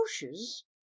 Bushes